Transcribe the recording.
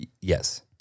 Yes